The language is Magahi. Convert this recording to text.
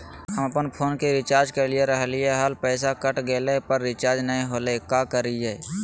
हम अपन फोन के रिचार्ज के रहलिय हल, पैसा कट गेलई, पर रिचार्ज नई होलई, का करियई?